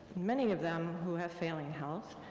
many of them who have failing health,